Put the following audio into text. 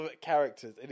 characters